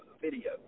video